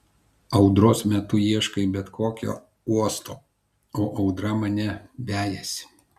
audros metu ieškai bet kokio uosto o audra mane vejasi